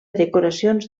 decoracions